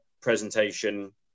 presentation